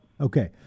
Okay